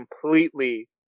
completely